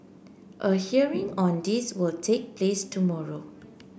a hearing on this will take place tomorrow